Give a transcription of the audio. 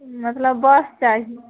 मतलब बस चाही